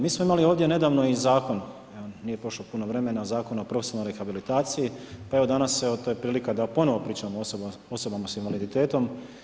Mi smo imali ovdje nedavno i Zakon, nije prošlo puno vremena, Zakon o profesionalnoj rehabilitaciji, pa evo danas je prilika da ponovo pričamo o osobama s invaliditetom.